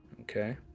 Okay